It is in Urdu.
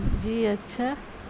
جی اچھا